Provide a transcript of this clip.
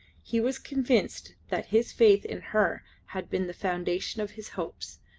he was convinced that his faith in her had been the foundation of his hopes,